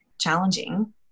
challenging